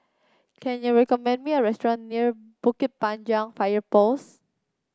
can you recommend me a restaurant near Bukit Panjang Fire Post